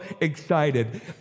excited